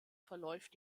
verläuft